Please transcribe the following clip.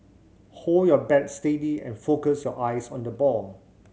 hold your bat steady and focus your eyes on the ball